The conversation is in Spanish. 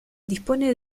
dispone